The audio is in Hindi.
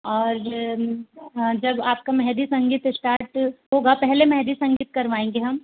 और हाँ जब आपका मेहंदी संगीत स्टार्ट होगा पहले मेहंदी संगीत करवाएंगे हम